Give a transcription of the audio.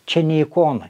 čia ne ikona